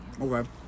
Okay